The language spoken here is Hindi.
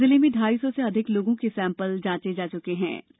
जिले में ढाई सौ से अधिक लोगों के सैपल जांचे जा चुके थे